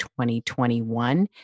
2021